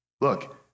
Look